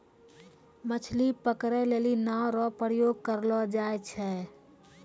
मछली पकड़ै लेली नांव रो प्रयोग करलो जाय छै